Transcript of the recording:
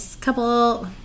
couple